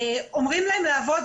אומרים להם לעבוד,